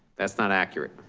that's not accurate.